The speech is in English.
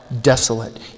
desolate